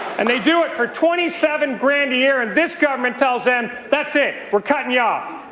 and they do it for twenty seven grand a year and this government tells them that's it, we're cutting you off.